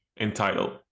entitled